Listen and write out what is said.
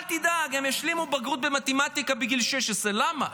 אל תדאג, הם ישלימו בגרות במתמטיקה בגיל 16. למה?